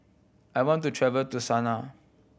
I want to travel to Sanaa